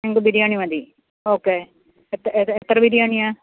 നിങ്ങൾക്ക് ബിരിയാണി മതി ഓക്കേ എത്ര എത്ര ബിരിയാണി ആണ്